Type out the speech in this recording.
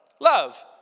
love